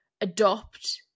adopt